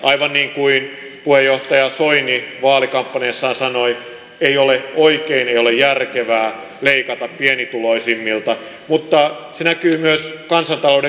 aivan niin kuin puheenjohtaja soini vaalikampanjassaan sanoi ei ole oikein ei ole järkevää leikata pienituloisimmilta mutta se näkyy myös kansantalouden kokonaisuudessa